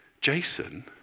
Jason